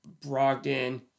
Brogdon